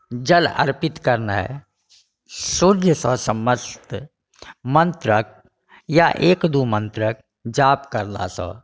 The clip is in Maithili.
जल अर्पित करनाइ शुद्धसँ समस्त मन्त्रके या एक दू मन्त्रके जाप कयलासँ